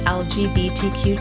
lgbtq